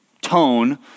tone